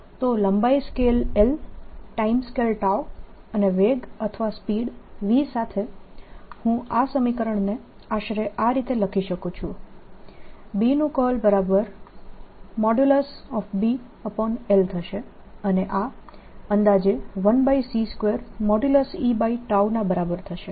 તો લંબાઈ scale l time scale અને વેગ અથવા સ્પીડ v સાથે હું આ સમીકરણને આશરે આ રીતે લખી શકું છું B નું કર્લ Bl થશે અને આ અંદાજે 1c2E ના બરાબર થશે